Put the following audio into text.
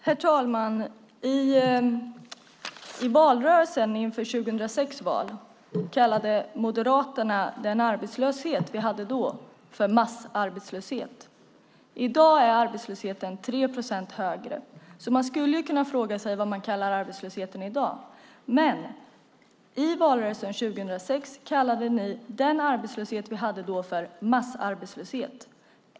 Herr talman! I valrörelsen inför 2006 års val kallade Moderaterna den arbetslöshet vi hade då för massarbetslöshet. I dag är arbetslösheten 3 procentenheter högre. Man skulle kunna fråga sig vad de kallar arbetslösheten i dag. I valrörelsen 2006 kallade ni den arbetslöshet vi hade då för massarbetslöshet.